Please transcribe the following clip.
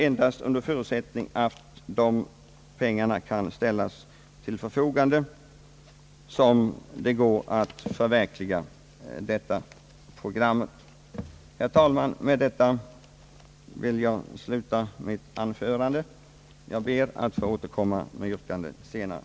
Endast under förutsättning att dessa pengar kan ställas till förfogande är det enligt min mening möjligt att förverkliga programmet.